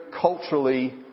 culturally